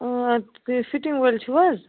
اۭں تُہۍ فِٹِنٛگ وٲلۍ چھُو حظ